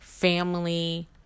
Family